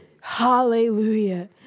Hallelujah